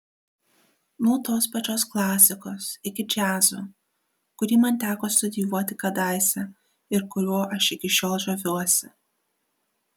nuo tos pačios klasikos iki džiazo kurį man teko studijuoti kadaise ir kuriuo aš iki šiol žaviuosi